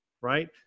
Right